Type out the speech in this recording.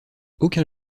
aucun